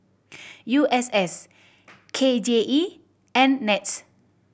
U S S K J E and NETS